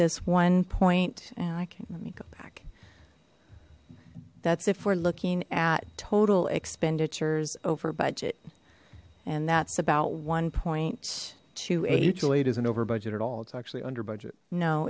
this one point and i can't let me go back that's if we're looking at total expenditures over budget and that's about one point two